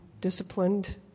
disciplined